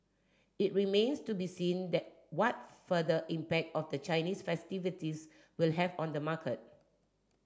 it remains to be seen that what further impact of the Chinese festivities will have on the market